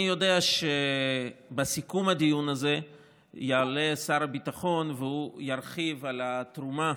אני יודע שבסיכום הדיון הזה יעלה שר הביטחון והוא ירחיב על התרומה